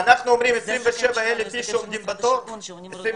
27,000 זוגות עומדים בתור.